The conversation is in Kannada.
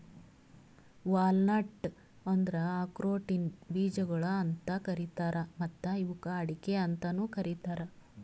ವಾಲ್ನಟ್ ಅಂದುರ್ ಆಕ್ರೋಟಿನ ಬೀಜಗೊಳ್ ಅಂತ್ ಕರೀತಾರ್ ಮತ್ತ ಇವುಕ್ ಅಡಿಕೆ ಅಂತನು ಕರಿತಾರ್